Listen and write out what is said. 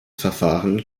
verfahren